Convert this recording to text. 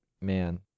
man